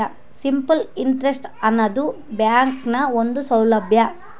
simple interest ಆನದು ಬ್ಯಾಂಕ್ನ ಒಂದು ಸೌಲಬ್ಯಾ